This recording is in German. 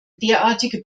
derartige